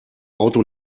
auto